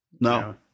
No